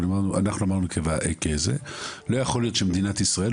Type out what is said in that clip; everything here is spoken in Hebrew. אבל אמרנו שלא יכול להיות שבמדינת ישראל,